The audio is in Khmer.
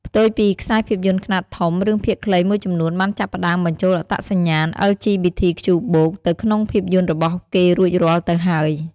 ផ្ទុយពីខ្សែភាពយន្តខ្នាតធំ រឿងភាគខ្លីមួយចំនួនបានចាប់ផ្តើមបញ្ចូលអត្តសញ្ញាណ អិល ជី ប៊ី ធី ខ្ជូ បូក (LGBTQ+) ទៅក្នុងភាពយន្ដរបស់គេរួចរាល់ទៅហើយ។